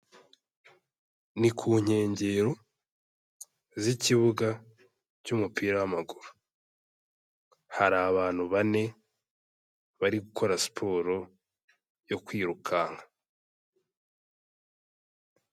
Ni ku nkengero z'ikibuga cy'umupira w'amaguru, hari abantu bane bari gukora siporo yo kwirukanka.